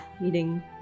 Meeting